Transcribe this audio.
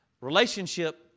Relationship